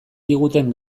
diguten